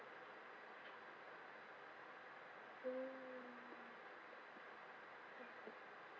mm